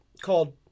called